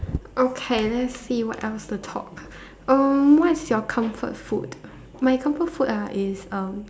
okay let's see what else to talk um what is your comfort food my comfort food ah is um